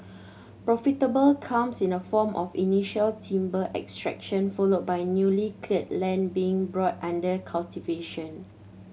profitable comes in the form of initial timber extraction followed by newly cleared lands being brought under cultivation